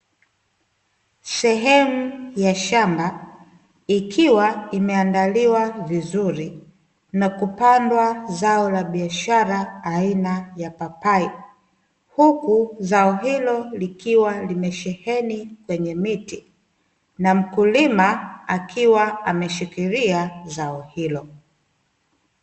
Sehemu ya shamba, ikiwa imeandaliwa vizuri na kupandwa zao la biashara aina ya papai, huku zao hilo likiwa limesheheni kwenye miti, na mkulima akiwa ameshikilia zao hilo.